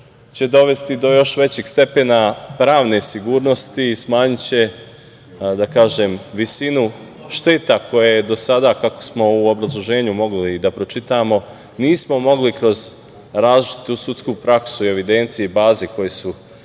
će dovesti do još većeg stepena pravne sigurnosti i smanjiće visinu šteta koje je do sada, kako smo u obrazloženju mogli da pročitamo, nismo mogli kroz različitu sudsku praksu i evidencije i baze koje su